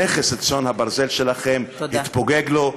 נכס צאן הברזל שלכם התפוגג לו,